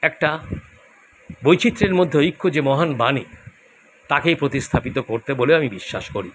একটা বৈচিত্র্যের মধ্যে ঐক্য যে মহান বাণী তাকেই প্রতিস্থাপিত করতে বলে আমি বিশ্বাস করি